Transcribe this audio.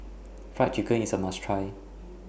Fried Chicken IS A must Try